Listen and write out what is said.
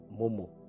Momo